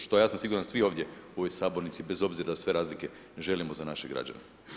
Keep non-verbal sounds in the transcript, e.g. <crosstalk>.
Što ja sam siguran da svi ovdje u ovoj sabornici bez obzira … <unintelligible> razlike želimo za naše građane.